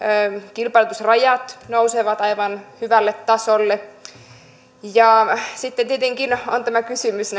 kilpailutusrajat nousevat aivan hyvälle tasolle sitten tietenkin on tämä kysymys